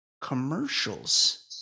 commercials –